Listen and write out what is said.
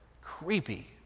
creepy